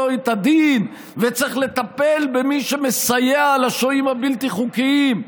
את הדין ושצריך לטפל במי שמסייע לשוהים הבלתי-חוקיים,